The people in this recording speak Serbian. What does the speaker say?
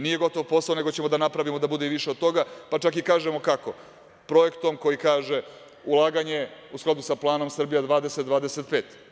Nije gotov posao, nego ćemo da napravimo da bude i više od toga, pa čak i kažemo kako, projektom koji kaže – ulaganje u skladu sa Planom „Srbija 20 – 25“